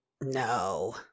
No